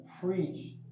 preach